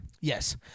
Yes